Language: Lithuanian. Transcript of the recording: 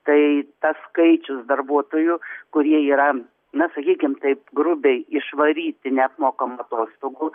tai tas skaičius darbuotojų kurie yra na sakykim taip grubiai išvaryti neapmokamų atostogų